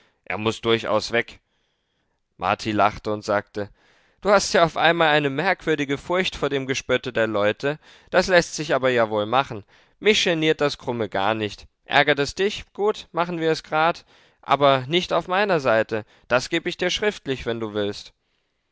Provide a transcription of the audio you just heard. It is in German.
er muß durchaus weg marti lachte und sagte du hast ja auf einmal eine merkwürdige furcht vor dem gespötte der leute das läßt sich aber ja wohl machen mich geniert das krumme gar nicht ärgert es dich gut machen wir es grad aber nicht auf meiner seite das geb ich dir schriftlich wenn du willst